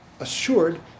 assured